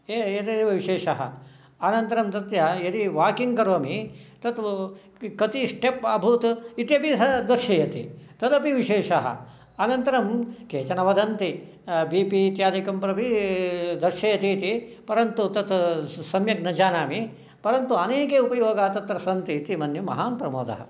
ए एते एव विशेषः अनन्तरं तस्य यदि वाकिङ्ग् करोमि तत्तु कति ष्टेप् अभवत् इति अपि स दर्शयति तदपि विशेषः अनन्तरं केचन वदन्ति बी पि इत्यादिकं प्रदर्शयति इति परन्तु तत् सम्यक् न जानामि परन्तु अनेके उपयोगाः तत्र सन्ति इति मन्ये महान् प्रमोदः